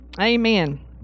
amen